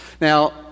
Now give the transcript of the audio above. Now